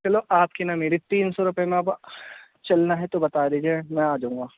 چلو آپ کی نہ میری تین سو روپئے میں اب چلنا ہے تو بتا دیجیے میں آجاؤں گا